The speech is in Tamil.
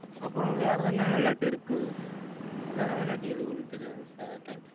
அப்புறம் வேற எதன விளாட்டு இருக்குது வேற விளாட்டு எதுவும் எனக்கு தெரியாதுங்க சார் தேங்க் யூ